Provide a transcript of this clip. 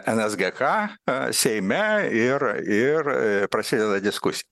nsgk seime ir ir prasideda diskusija